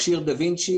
מכשיר דה וינצ’י,